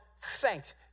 thanks